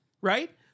right